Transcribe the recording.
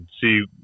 see